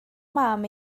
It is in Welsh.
mam